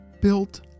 built